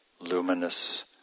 luminous